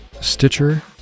Stitcher